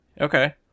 Okay